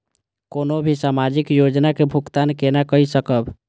कोनो भी सामाजिक योजना के भुगतान केना कई सकब?